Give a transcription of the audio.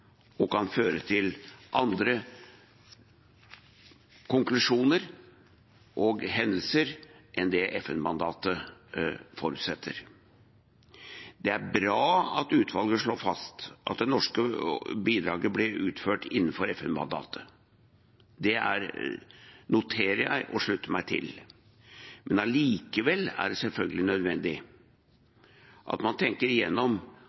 og kan føre til andre konklusjoner og hendelser enn det FN-mandatet forutsetter. Det er bra at utvalget slår fast at det norske bidraget ble utført innenfor FN-mandatet. Det noterer jeg og slutter meg til. Allikevel er det selvfølgelig nødvendig at man tenker